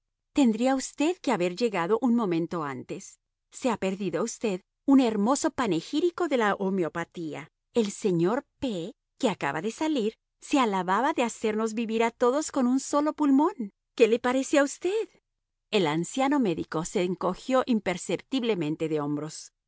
tendría usted que haber llegado un momento antes se ha perdido usted un hermoso panegírico de la homeopatía el señor p que acaba de salir se alababa de hacernos vivir a todos con un solo pulmón qué le parece a usted el anciano médico se encogió imperceptiblemente de hombros